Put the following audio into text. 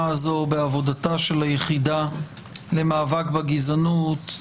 הזאת בעבודתה של היחידה למאבק בגזענות,